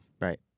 Right